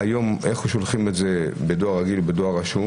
איך שולחים את זה בדואר רגיל או רשום?